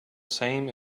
same